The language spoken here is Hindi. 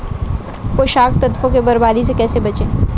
पोषक तत्वों को बर्बादी से कैसे बचाएं?